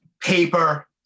paper